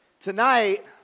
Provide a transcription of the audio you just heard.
Tonight